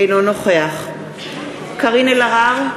אינו נוכח קארין אלהרר,